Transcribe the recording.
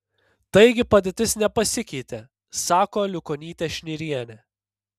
taigi padėtis nepasikeitė sako aliukonytė šnirienė